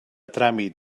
tràmit